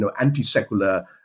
anti-secular